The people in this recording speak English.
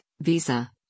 Visa